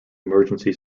emergency